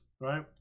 right